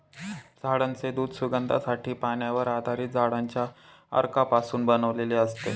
झाडांचे दूध सुगंधासाठी, पाण्यावर आधारित झाडांच्या अर्कापासून बनवलेले असते